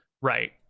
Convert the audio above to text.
right